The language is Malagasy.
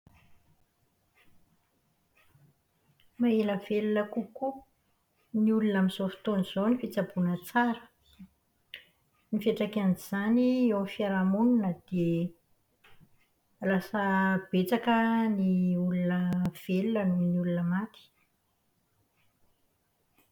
Mahaela velona kokoa ny olona amin'izao fotoana izao ny fitsaboana tsara. Ny fiantraikan'izany eo amin'ny fiaraha-monina dia lasa betsaka ny olona velona noho ny olona maty.